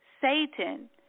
Satan